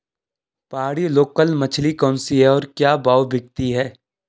पहाड़ी लोकल मछली कौन सी है और क्या भाव बिकती है?